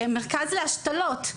מרכז להשתלות.